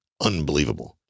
Unbelievable